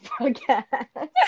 podcast